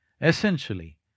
essentially